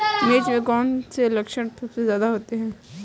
मिर्च में कौन से लक्षण सबसे ज्यादा होते हैं?